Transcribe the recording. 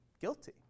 guilty